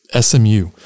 SMU